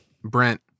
Brent